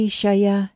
Shaya